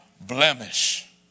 blemish